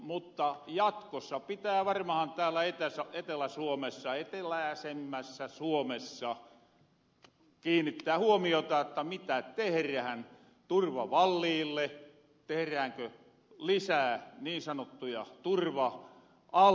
mutta jatkossa pitää varmahan täällä etelä suomessa etelääsemmässä suomessa kiinnittää huomiota että mitä teherähän turvavalliille teheräänkö lisää niin sanottuja turva altaita